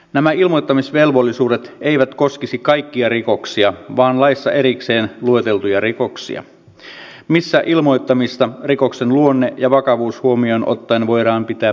nämä ilmoittamisvelvollisuudet eivät koskisi kaikkia rikoksia vaan laissa erikseen lueteltuja rikoksia joissa ilmoittamista rikoksen luonne ja vakavuus huomioon ottaen voidaan pitää perusteltuna